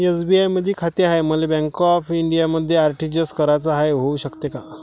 SBI मधी खाते हाय, मले बँक ऑफ इंडियामध्ये आर.टी.जी.एस कराच हाय, होऊ शकते का?